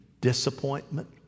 disappointment